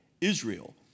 Israel